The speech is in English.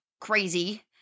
crazy